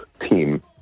team